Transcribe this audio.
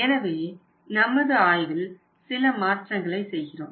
எனவே நமது ஆய்வில் சில மாற்றங்களை செய்கிறோம்